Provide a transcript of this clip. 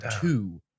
two